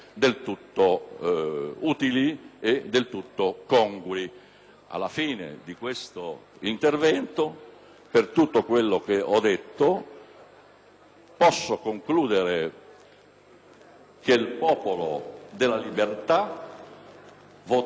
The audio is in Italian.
Alla fine di quest'intervento, per tutto quanto ho detto, posso concludere che il Popolo della Libertà voterà a favore della fiducia